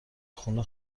خونه